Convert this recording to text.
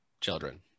children